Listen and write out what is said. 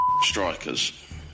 strikers